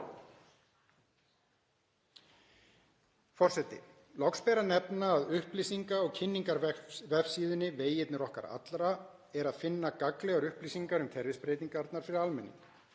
Loks ber að nefna að á upplýsinga- og kynningarvefsíðunni Vegir okkar allra er að finna gagnlegar upplýsingar um kerfisbreytingarnar fyrir almenning.